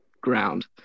ground